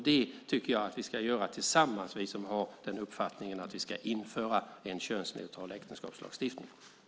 Det tycker jag att vi som har uppfattningen att vi ska införa en könsneutral äktenskapslagstiftning ska göra tillsammans.